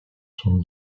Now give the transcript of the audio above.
son